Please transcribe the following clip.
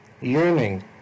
yearning